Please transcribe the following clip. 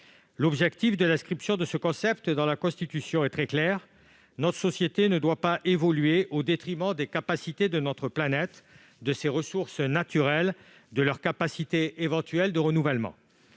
L'objectif de l'inscription de ce concept dans la Constitution est clair : notre société ne doit pas évoluer au détriment des capacités de notre planète, de ses ressources naturelles et de leur capacité éventuelle de renouvellement.